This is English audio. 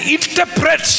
interpret